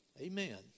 Amen